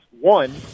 one